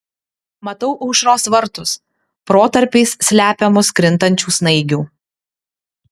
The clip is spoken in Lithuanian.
matau aušros vartus protarpiais slepiamus krintančių snaigių